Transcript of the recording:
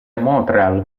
montréal